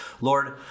Lord